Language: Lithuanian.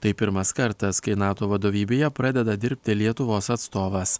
tai pirmas kartas kai nato vadovybėje pradeda dirbti lietuvos atstovas